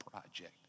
project